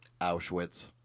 Auschwitz